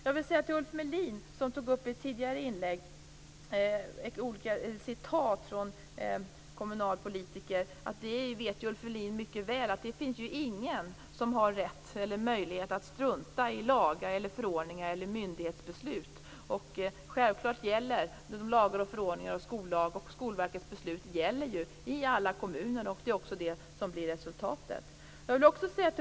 Jag vill säga till Ulf Melin, som i ett tidigare inlägg tog upp olika citat från kommunalpolitiker, att Ulf Melin vet ju mycket väl att ingen har rätt eller möjlighet att strunta i lagar, förordningar eller myndighetsbeslut. Självfallet gäller lagar, förordningar, skollag och Skolverkets beslut i alla kommuner, och det är också det som blir resultatet.